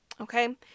Okay